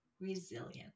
resilient